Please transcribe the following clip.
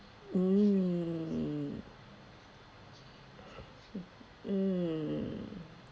mm mm